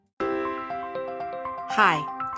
Hi